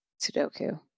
Sudoku